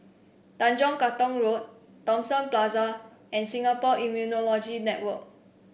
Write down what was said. Tanjong Katong Road Thomson Plaza and Singapore Immunology Network